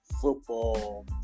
football